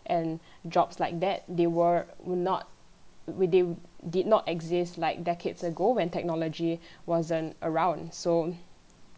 and jobs like that they were not th~ they did not exist like decades ago when technology wasn't around so